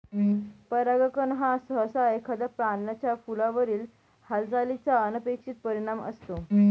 परागकण हा सहसा एखाद्या प्राण्याचा फुलावरील हालचालीचा अनपेक्षित परिणाम असतो